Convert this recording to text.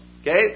okay